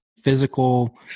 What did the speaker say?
physical